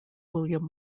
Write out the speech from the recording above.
william